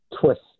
twist